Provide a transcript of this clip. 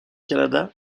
canada